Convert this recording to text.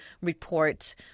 report